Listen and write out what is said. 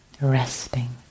resting